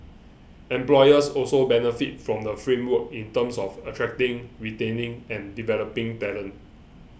employers also benefit from the framework in terms of attracting retaining and developing talent